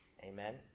Amen